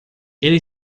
ele